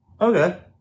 Okay